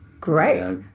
Great